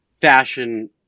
fashion